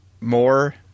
more